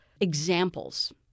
examples